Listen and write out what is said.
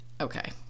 Okay